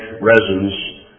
resins